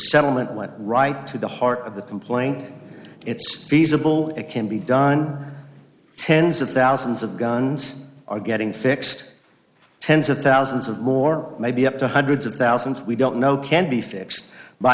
settlement went right to the heart of the complaint it's feasible it can be done tens of thousands of guns are getting fixed tens of thousands of more maybe up to hundreds of thousands we don't know can be